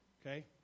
okay